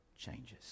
changes